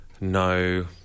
no